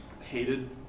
Hated